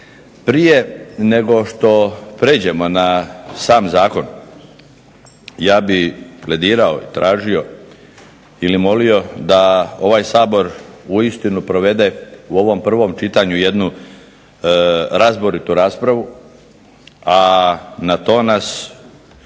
Prije nego što prijeđemo na sam zakon ja bih pledirao i tražio ili molio da ovaj Sabor uistinu provede u ovom prvom čitanju jednu razboritu raspravu, a na to nas